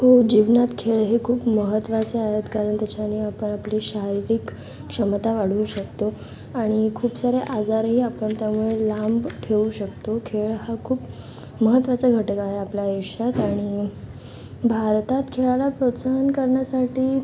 हो जीवनात खेळ हे खूप महत्वाचे आहेत कारण त्याच्याने आपण आपली शारीरिक क्षमता वाढवू शकतो आणि खूप सारे आजारही आपण त्यामुळे लांब ठेवू शकतो खेळ हा खूप महत्वाचा घटक आहे आपल्या आयुष्यात आणि भारतात खेळाला प्रोत्साहन करण्यासाठी